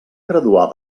graduar